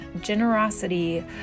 generosity